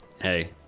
hey